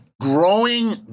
growing